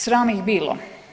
Sram ih bilo.